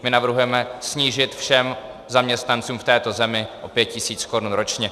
My navrhujeme snížit všem zaměstnancům v této zemi o 5 tisíc korun ročně.